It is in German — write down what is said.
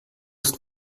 ist